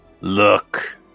Look